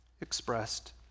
expressed